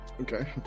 Okay